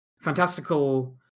fantastical